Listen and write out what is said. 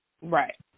right